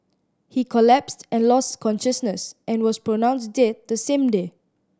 he collapsed and lost consciousness and was pronounced dead the same day